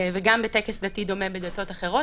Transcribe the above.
וגם בטקס דתי דומה בדתות אחרות,